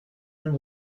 and